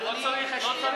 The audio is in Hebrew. לא צריך עוד.